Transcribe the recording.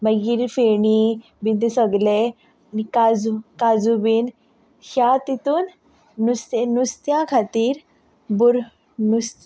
मागीर फेणी बी तें सगलें काजू काजू बीन ह्या तितून नुस्तें नुस्त्या खातीर बऱ्यो नुस्तें